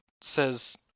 says